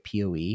Poe